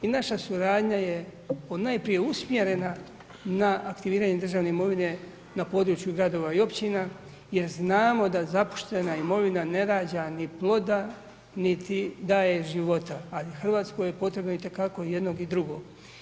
I naša suradnja je ponajprije usmjerena na aktiviranje državne imovine na području gradova i općina jer znamo da zapuštena imovina ne rađa ni ploda niti daje života, a Hrvatskoj je potrebno itekako i jednog i drugog.